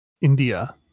india